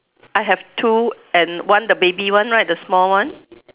I have two and one the baby one right the small one